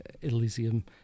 Elysium